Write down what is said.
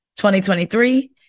2023